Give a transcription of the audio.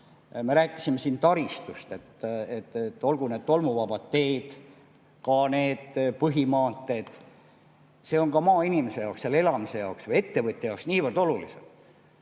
Me rääkisime siin taristust. Olgu need tolmuvabad teed või ka põhimaanteed – see on ka maainimese jaoks, seal elamise jaoks või ettevõtja jaoks nii olulised